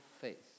faith